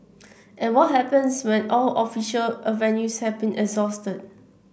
and what happens when all official avenues have been exhausted